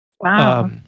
Wow